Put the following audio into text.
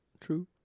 true